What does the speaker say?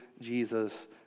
Jesus